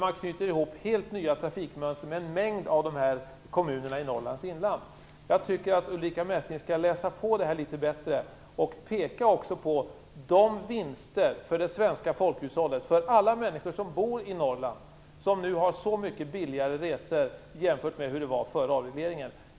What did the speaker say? Man knyter ihop helt nya trafikmönster för en mängd av kommunerna i Norrlands inland. Jag tycker att Ulrica Messing skall läsa på litet bättre och peka på vinsterna för det svenska folkhushållet, alla människor som bor i Norrland och nu har så mycket billigare resor än före avregleringen.